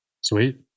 Sweet